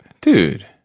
dude